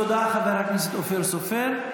תודה, חבר הכנסת אופיר סופר.